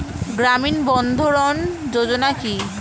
গ্রামীণ বন্ধরন যোজনা কি?